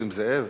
נסים זאב,